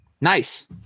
Nice